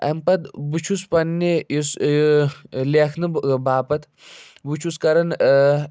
اَمہِ پتہٕ بہٕ چھُس پَنٛنہِ یُس لیٚکھنہٕ باپَت بہٕ چھُس کران